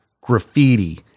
graffiti